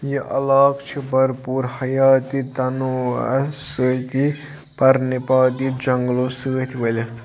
یہِ علاقہٕ چھِ بھر پوٗر حیاتی تنوٗعس سۭتی پَرنِپاتی جنگلو سۭتۍ ؤلِتھ